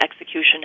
execution